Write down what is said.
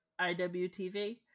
IWTV